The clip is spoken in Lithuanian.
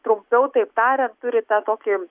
trumpiau taip tariant turi tą tokį